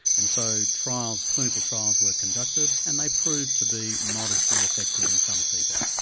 and so trials, clinical trials were conducted and they proved to be modestly effective in some people.